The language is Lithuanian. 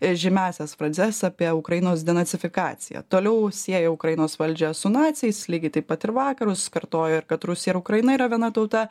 žymiąsias frazes apie ukrainos denacifikaciją toliau sieja ukrainos valdžią su naciais lygiai taip pat ir vakarus kartoja ir kad rusija ir ukraina yra viena tauta